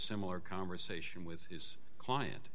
similar conversation with his client